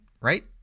right